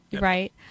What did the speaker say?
Right